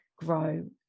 grow